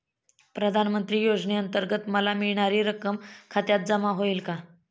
प्रधानमंत्री योजनेअंतर्गत मला मिळणारी रक्कम खात्यात जमा होईल का?